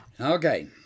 okay